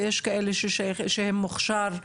ויש כאלה שהם מוכשר,